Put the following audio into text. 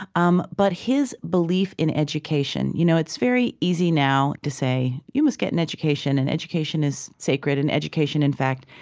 um but his belief in education. you know it's very easy now to say, you must get an education, and education is sacred, and education, in fact,